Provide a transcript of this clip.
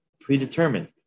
Predetermined